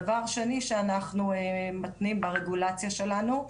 דבר שני שאנחנו מתנים ברגולציה שלנו,